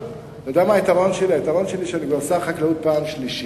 היתרון שלי, שאני שר החקלאות כבר פעם שלישית.